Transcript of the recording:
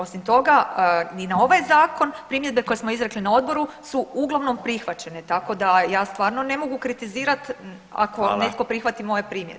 Osim toga ni na ovaj zakon primjedbe koje smo izrekli na odboru su uglavnom prihvaćene, tako da ja stvarno ne mogu kritizirat ako netko prihvati moje primjedbe.